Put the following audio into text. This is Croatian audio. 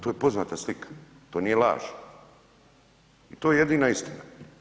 To je poznata slika, to nije laž i to je jedina istina.